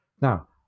Now